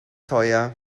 teuer